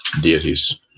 deities